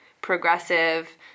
progressive